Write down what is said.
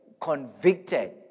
convicted